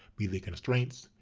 be they constraints,